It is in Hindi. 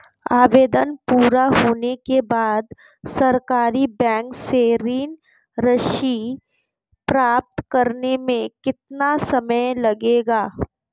आवेदन पूरा होने के बाद सरकारी बैंक से ऋण राशि प्राप्त करने में कितना समय लगेगा?